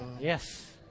yes